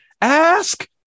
ask